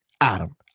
Adam